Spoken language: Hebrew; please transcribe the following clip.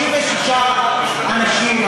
36 אנשים,